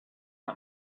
not